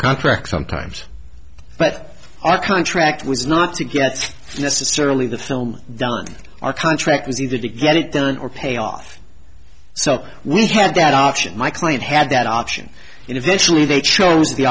contract sometimes but our contract was not to get necessarily the film done our contract was either to get it done or pay off so we had that option my client had that option and eventually they chose the